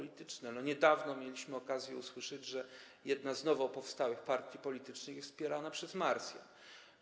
Niedawno mieliśmy okazję usłyszeć, że jedna z nowo powstałych partii politycznych jest wspierana przez Marsjan.